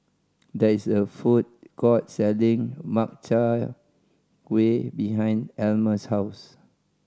there is a food court selling Makchang Gui behind Almer's house